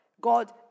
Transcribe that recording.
God